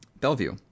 Bellevue